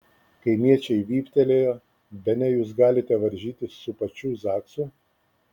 kaimiečiai vyptelėjo bene jūs galite varžytis su pačiu zaksu